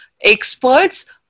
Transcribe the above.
experts